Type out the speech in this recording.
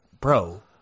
bro